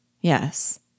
yes